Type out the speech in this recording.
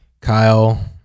Kyle